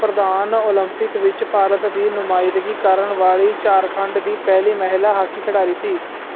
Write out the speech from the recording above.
ਪ੍ਰਧਾਨ ਓਲੰਪਿਕ ਵਿੱਚ ਭਾਰਤ ਦੀ ਨੁਮਾਇੰਦਗੀ ਕਰਨ ਵਾਲੀ ਝਾਰਖੰਡ ਦੀ ਪਹਿਲੀ ਮਹਿਲਾ ਹਾਕੀ ਖਿਡਾਰੀ ਸੀ